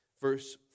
Verse